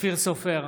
אופיר סופר,